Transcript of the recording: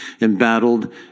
embattled